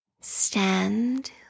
Stand